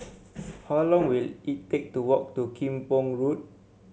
how long will it take to walk to Kim Pong Road